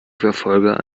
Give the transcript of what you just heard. verfolger